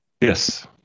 Yes